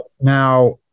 now